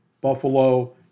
Buffalo